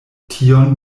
tion